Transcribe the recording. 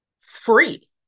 free